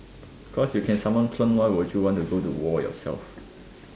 cause you can summon clone why would you want to want to go war yourself